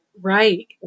Right